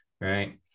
right